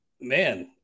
man